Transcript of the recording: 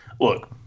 look